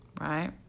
right